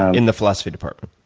in the philosophy department.